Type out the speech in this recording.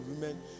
women